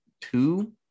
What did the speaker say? two